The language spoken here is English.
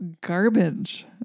garbage